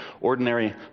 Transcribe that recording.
ordinary